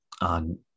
on